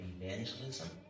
evangelism